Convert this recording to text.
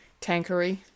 tankery